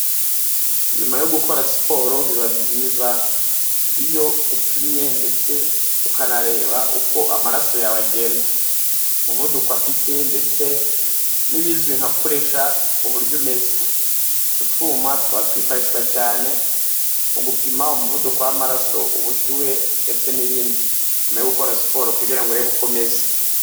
Nyuma yo gukora siporo biba byiza, iyo upimye ndetse ukanareba uko amaraso yawe agenda .Umuvuduko afite ndetse n'ibizwi nka pressure uburyo umeze kutwuma twifashishwa cyane mu gupima umuvuduko w'amaraso, ubushyuhe ndetse n'ibindi .Nyuma yo gukora siporo kugirango urebe uko umeze.